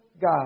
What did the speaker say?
God